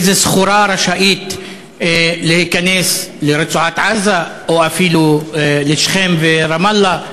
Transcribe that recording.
איזו סחורה רשאית להיכנס לרצועת-עזה או אפילו לשכם ורמאללה,